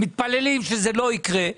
אנחנו מתפללים שזה לא יקרה,